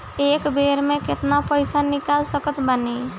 एक बेर मे केतना पैसा निकाल सकत बानी?